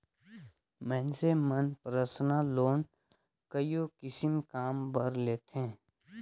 मइनसे मन personal loan कइयो किसिम कर काम बर लेथें